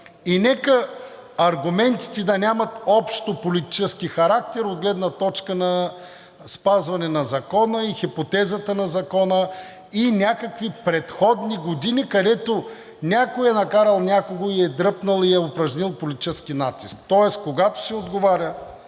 Нека аргументите да нямат общополитически характер, от гледна точка на спазване на закона, хипотезата на закона и някакви предходни години, където някой е накарал някого и е дръпнал, и е упражнил политически натиск. Тоест, когато се отговаря,